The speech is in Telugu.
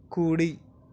కుడి